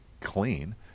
clean